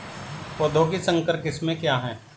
पौधों की संकर किस्में क्या हैं?